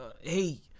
Hey